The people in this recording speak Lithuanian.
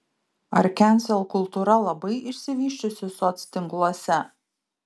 ar kensel kultūra labai išsivysčiusi soctinkluose